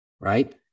right